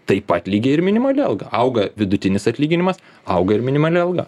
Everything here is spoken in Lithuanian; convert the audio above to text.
taip pat lygiai ir minimali alga auga vidutinis atlyginimas auga ir minimali alga